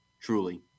truly